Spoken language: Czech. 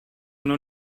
mnou